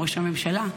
ראש הממשלה,